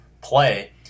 play